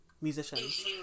musicians